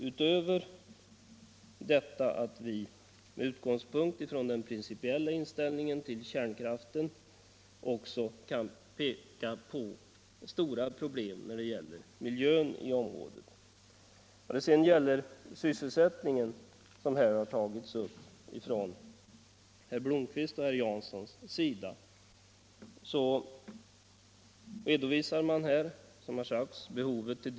Utöver vår principiella inställning till kärnkraften kan vi alltså peka på stora problem när det gäller miljön i området. Herr Blomkvist och herr Jansson tog upp frågan om sysselsättningen.